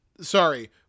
Sorry